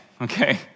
okay